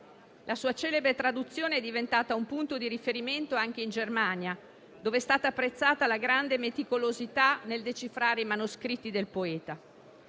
La sua celebre traduzione è diventata un punto di riferimento anche in Germania, dove è stata apprezzata la grande meticolosità nel decifrare i manoscritti del poeta.